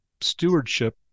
stewardship